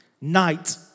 Night